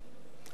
האחדות.